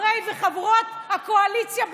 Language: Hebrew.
לחברי וחברות הקואליציה,